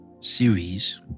series